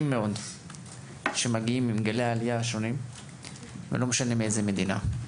מאוד שמגיעים עם גלי העלייה השונים ולא משנה מאיזו מדינה.